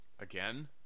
again